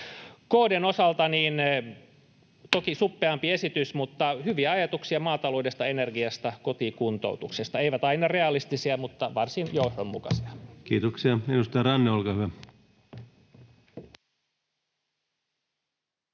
koputtaa] Toki suppeampi esitys, mutta hyviä ajatuksia maataloudesta, energiasta, kotikuntoutuksesta. Eivät aina realistisia mutta varsin johdonmukaisia. [Speech 151] Speaker: